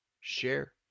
share